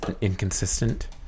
inconsistent